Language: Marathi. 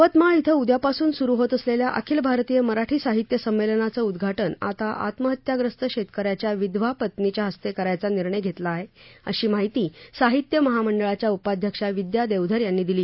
यवतमाळ िक्रि उदयापासून सुरु होत असलेल्या अखिल भारतीय मराठी साहित्य संमेलनाचं उद्घाटन आता आत्महत्याग्रस्त शेतक याच्या विधवा पत्नीच्या हस्ते करायचा निर्णय घेतला आहे अशी माहिती साहित्य महामंडळांच्या उपाध्यक्षा विदया देवधर यांनी दिली